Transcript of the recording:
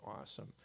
awesome